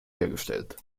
hergestellt